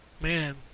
Man